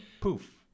poof